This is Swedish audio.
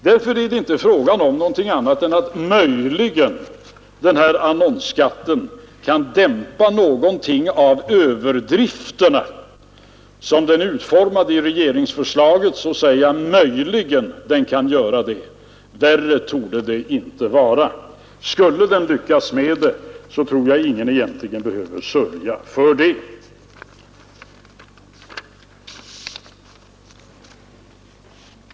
Därför är det inte fråga om något annat än att den här annonsskatten, som den är utformad i regeringsförslaget, kan dämpa någonting av överdrifterna. Värre torde det inte vara. Skulle den lyckas med detta, så tror jag ingen egentligen behöver sörja över det.